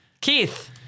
Keith